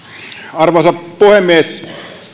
arvoisa puhemies